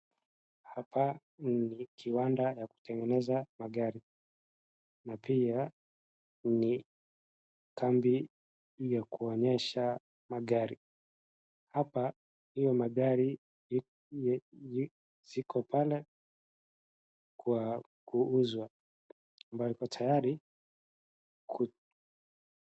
Hapa ni kiwanda ya kutengeneza magari. Na pia ni kambi ya kuonyesha magari. Hapa hiyo magari ziko pale kwa kuuzwa, ambayo iko tayari ku.